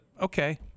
Okay